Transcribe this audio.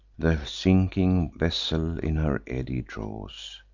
the sinking vessel in her eddy draws,